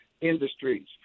industries